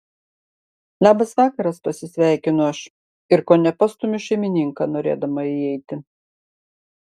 labas vakaras pasisveikinu aš ir kone pastumiu šeimininką norėdama įeiti